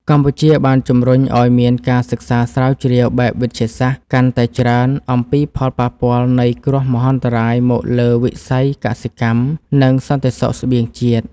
កម្ពុជាបានជំរុញឱ្យមានការសិក្សាស្រាវជ្រាវបែបវិទ្យាសាស្ត្រកាន់តែច្រើន អំពីផលប៉ះពាល់នៃគ្រោះមហន្តរាយមកលើវិស័យកសិកម្ម និងសន្តិសុខស្បៀងជាតិ។